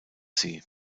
sie